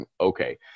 okay